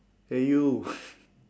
!hey! you